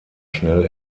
schnell